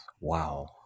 Wow